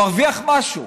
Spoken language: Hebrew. מרוויח משהו?